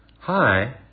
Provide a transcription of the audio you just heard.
Hi